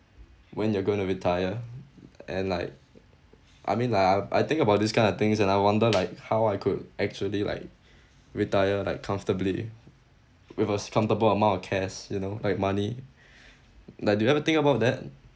when you're gonna retire and like I mean like I I think about these kind of things and I wonder like how I could actually like retire like comfortably with a s~ comfortable amount of cash you know like money like do you ever think about that